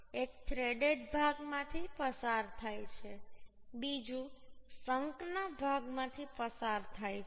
એક થ્રેડેડ ભાગમાંથી પસાર થાય છે બીજું શંકના ભાગમાંથી પસાર થાય છે